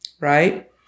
right